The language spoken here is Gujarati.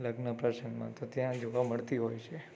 લગ્ન પ્રસંગમાં તો ત્યાં જોવા મળતી હોય છે